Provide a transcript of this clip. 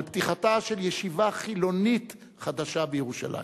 פתיחתה של ישיבה חילונית חדשה בירושלים.